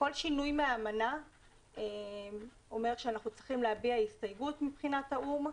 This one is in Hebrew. שכל שינוי מהאמנה אומר שאנחנו צריכים להביע הסתייגות מבחינת האו"ם.